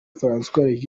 françois